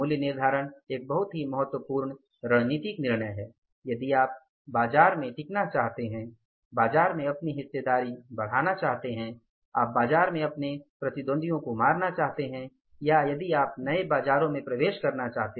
मूल्य निर्धारण एक बहुत ही महत्वपूर्ण रणनीतिक निर्णय है यदि आप बाजार में टिकना चाहते हैं बाजार में अपनी हिस्सेदारी बढ़ाना चाहते हैं आप बाजार में अपने प्रतिद्वंधियों को मारना चाहते हैं या यदि आप नए बाजारों में प्रवेश करना चाहते